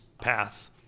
path